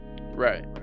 Right